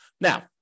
Now